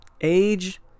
Age